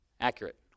accurate